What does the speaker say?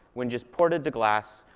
when just ported to glass,